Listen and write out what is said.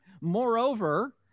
moreover